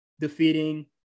defeating